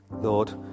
Lord